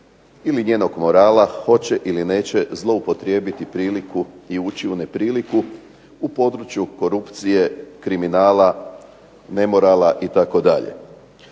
ili njenog morala hoće ili neće zloupotrijebiti priliku i ući u nepriliku u područje korupcije kriminala, nemorala itd.